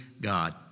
God